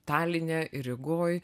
taline ir rygoj